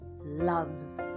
loves